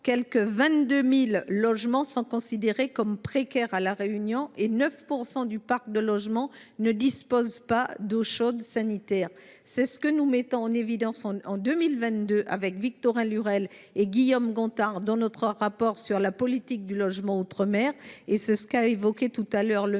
quelque 22 000 logements sont jugés comme précaires à La Réunion et 9 % du parc de logements ne disposent pas d’eau chaude sanitaire. C’est ce que je mettais en évidence en 2022 avec Victorin Lurel et Guillaume Gontard dans notre rapport sur la politique du logement dans les